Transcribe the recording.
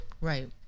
Right